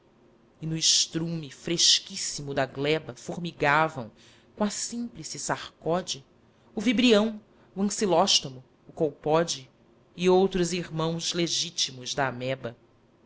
e no estrume fresquíssimo da gleba formigavam com a símplice sarcode o vibrião o ancilóstomo o colpode e outros irmãos legítimso da ameba